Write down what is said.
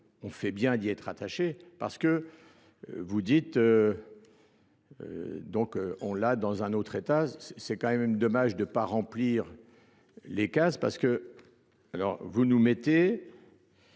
on fait bien d'y être attaché parce que vous dites donc on l'a dans un autre état c'est quand même dommage de pas remplir les cases parce que alors vous nous mettez